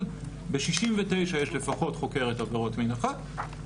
ב-69 יש לפחות חוקרת עבירות מין אחת,